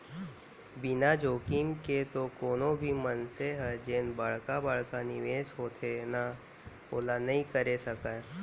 बिना जोखिम के तो कोनो भी मनसे ह जेन बड़का बड़का निवेस होथे ना ओला नइ करे सकय